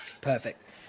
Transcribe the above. Perfect